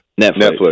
Netflix